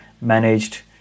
managed